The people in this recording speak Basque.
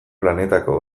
planetako